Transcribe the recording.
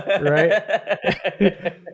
Right